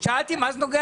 זה מאוד נוגע